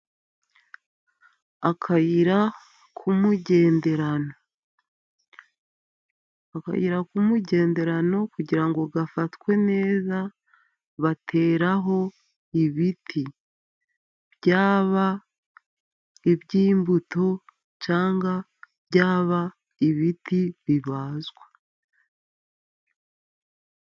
Akayira k'umugenderano. Akayira k'umugenderano, kugira ngo gafatwe neza, bateraho ibiti. Byaba iby'imbuto cyangwa byaba ibiti bibazwa.